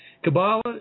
Kabbalah